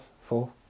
four